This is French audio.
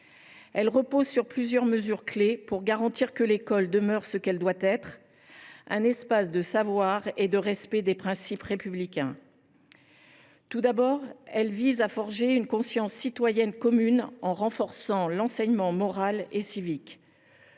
Elle repose sur plusieurs mesures clés visant à garantir que l’école demeure ce qu’elle doit être : un espace de savoir et de respect des principes républicains. Tout d’abord, elle vise à forger une conscience citoyenne commune en renforçant l’enseignement moral et civique.